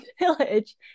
village